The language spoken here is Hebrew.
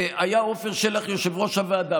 עפר שלח היה יושב-ראש הוועדה.